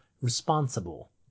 responsible